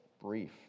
brief